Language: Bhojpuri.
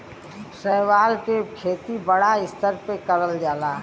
शैवाल के खेती बड़ा स्तर पे करल जाला